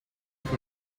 from